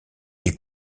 est